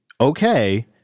okay